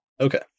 Okay